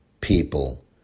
people